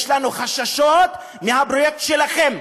יש לנו חששות מהפרויקט שלכם.